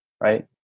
right